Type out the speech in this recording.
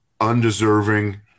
undeserving